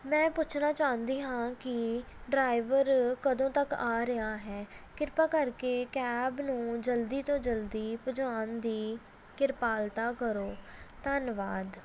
ਮੈਂ ਪੁੱਛਣਾ ਚਾਹੁੰਦੀ ਹਾਂ ਕਿ ਡਰਾਈਵਰ ਕਦੋਂ ਤੱਕ ਆ ਰਿਹਾ ਹੈ ਕਿਰਪਾ ਕਰਕੇ ਕੈਬ ਨੂੰ ਜਲਦੀ ਤੋਂ ਜਲਦੀ ਭਿਜਵਾਉਣ ਦੀ ਕਿਰਪਾਲਤਾ ਕਰੋ ਧੰਨਵਾਦ